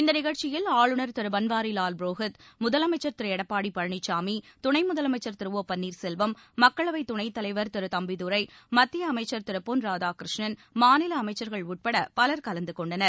இந்த நிகழ்ச்சியில் ஆளுநர் திரு பன்வாரிலால் புரோஹித் முதலமைச்சர் திரு எடப்பாடி பழனிசாமி துணை முதலமைச்சர் திரு ஓ பன்னீர்செல்வம் மக்களவை துணைத் தலைவர் மு தம்பிதுரை மத்திய அமைச்சர் திரு பொன் ராதாகிருஷ்ணன் மாநில அமைச்சர்கள் உட்பட பலர் கலந்து கொண்டனர்